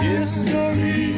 History